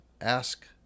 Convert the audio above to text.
ask